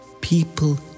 People